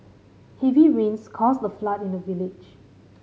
heavy rains caused the flood in the village